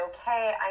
okay